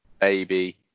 baby